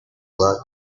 luck